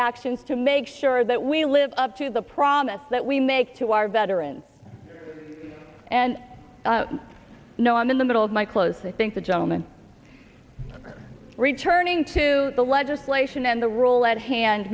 actions to make sure that we live up to the promise that we make to our veterans and i know i'm in the middle of my close i think the gentleman returning to the legislation and the role at hand